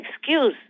excuse